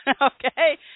Okay